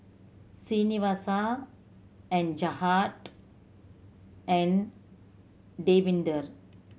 Srinivasa and Jagat and Davinder